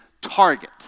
target